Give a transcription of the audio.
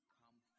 come